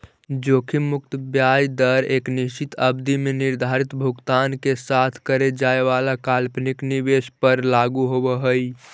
जोखिम मुक्त ब्याज दर एक निश्चित अवधि में निर्धारित भुगतान के साथ करे जाए वाला काल्पनिक निवेश पर लागू होवऽ हई